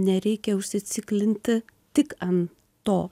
nereikia užsiciklinti tik ant to